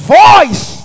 voice